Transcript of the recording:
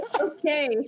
Okay